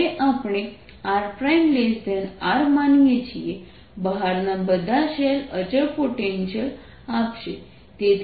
હવે આપણે rR માનીએ છીએ બહારના બધા શેલ અચળ પોટેન્શિયલ આપશે